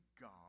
God